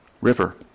river